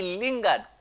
lingered